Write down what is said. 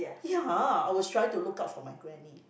ya I was trying to look out for my granny